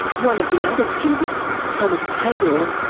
one of the other students, thomas kaydor,